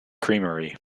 creamery